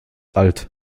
alt